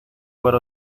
para